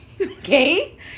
Okay